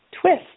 twist